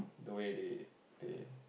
they way they they